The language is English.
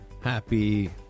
happy